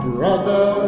Brother